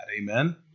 Amen